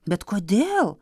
bet kodėl